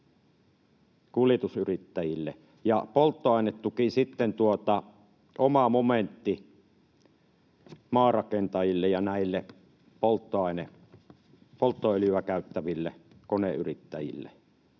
kuljetusyrittäjille? Ja polttoainetuki sitten: oma momentti maarakentajille ja näille polttoöljyä käyttäville koneyrittäjille.